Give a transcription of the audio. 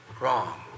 wrong